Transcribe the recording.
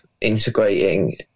integrating